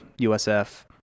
usf